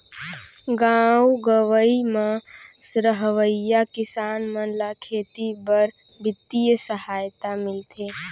गॉव गँवई म रहवइया किसान मन ल खेती बर बित्तीय सहायता मिलथे